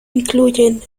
incluyen